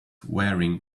wearing